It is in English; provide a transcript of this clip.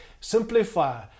Simplify